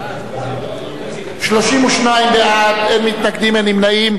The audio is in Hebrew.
רבותי, נא להצביע.